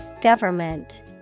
Government